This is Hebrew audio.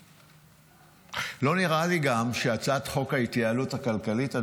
לא נראה לי גם שהצעת חוק ההתייעלות הכלכלית,